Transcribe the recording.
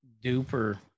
duper